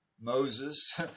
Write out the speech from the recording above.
Moses